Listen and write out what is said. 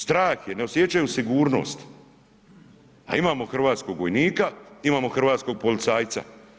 Strah je, ne osjećaju sigurnost, a imamo hrvatskog vojnika, imamo hrvatskog policajca.